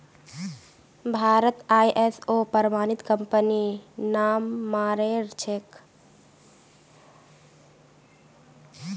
भारतत आई.एस.ओ प्रमाणित कंपनी नाममात्रेर छेक